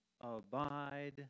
abide